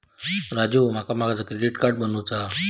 राजू, माका माझा debit card बनवूचा हा